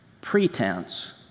pretense